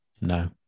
No